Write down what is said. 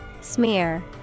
Smear